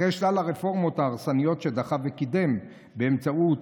אחרי שלל הרפורמות ההרסניות שדחף וקידם באמצעות